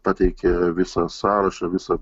pateikė visą sąrašą visą